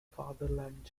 fatherland